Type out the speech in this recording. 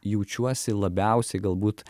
jaučiuosi labiausiai galbūt